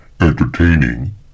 entertaining